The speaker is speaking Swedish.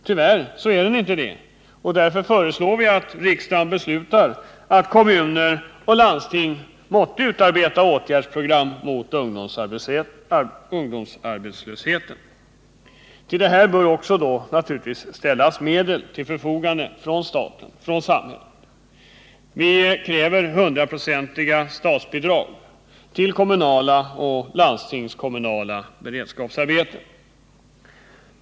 Tyvärr är den inte det, och därför föreslår vi att riksdagen beslutar att kommuner och landsting måste utarbeta åtgärdsprogram mot ungdomsarbetslösheten. Staten måste också ställa medel till kommunernas och landstingens förfogande. Vi kräver 100-procentiga statsbidrag till kommunala och landstingskommunala beredskapsarbeten.